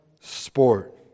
sport